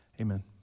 Amen